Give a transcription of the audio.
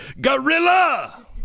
gorilla